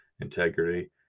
integrity